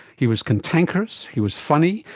he was cantankerous, he was funny,